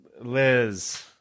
Liz